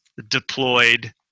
deployed